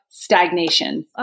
Stagnation